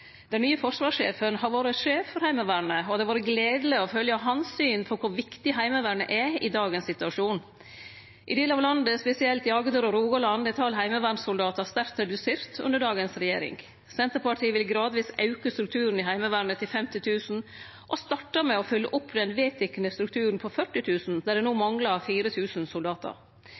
Den nye forsvarssjefen har vore sjef for Heimevernet, og det har vore gledeleg å følgje hans syn på kor viktig Heimevernet er i dagens situasjon. I delar av landet, spesielt i Agder og Rogaland, er talet på heimevernssoldatar sterkt redusert under dagens regjering. Senterpartiet vil gradvis auke strukturen i Heimevernet til 50 000, og starte med å fylle opp den vedtekne strukturen på 40 000, der det no manglar 4 000 soldatar.